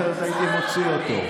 אחרת הייתי מוציא אותו.